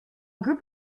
group